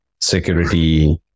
security